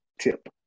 tip